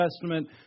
Testament